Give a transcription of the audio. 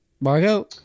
Margot